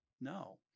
No